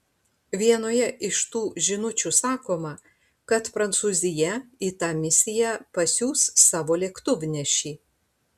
vienoje iš tų žinučių sakoma kad prancūzija į tą misiją pasiųs savo lėktuvnešį